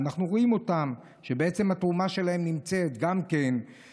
אנחנו רואים שהתרומה שלהם נמצאת גם בכל